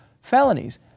felonies